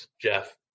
Jeff